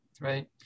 Right